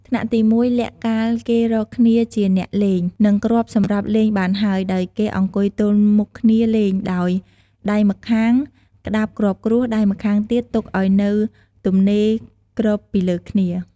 ថ្នាក់ទី ១ លាក់ កាលគេរកគ្នាជាអ្នកលេង និងគ្រាប់សម្រាប់លេងបានហើយ ដោយគេអង្គុយទល់មុខគ្នាលេង ដោយ ដៃម្ខាងក្តាប់គ្រាប់គ្រួស ដៃម្ខាងទៀតទុកឲ្យនៅទំនេរគ្របពីលើគ្នា។